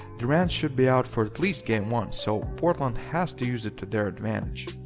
durant should be out for at least game one, so portland has to use it to their advantage.